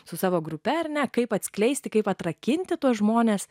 su savo grupe ar ne kaip atskleisti kaip atrakinti tuos žmones